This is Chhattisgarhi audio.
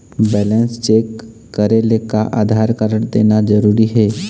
बैलेंस चेक करेले का आधार कारड देना जरूरी हे?